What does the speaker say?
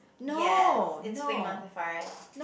yes is Flame of the Forest